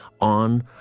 on